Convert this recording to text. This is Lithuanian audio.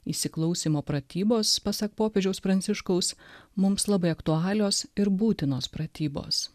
įsiklausymo pratybos pasak popiežiaus pranciškaus mums labai aktualios ir būtinos pratybos